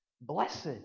Blessed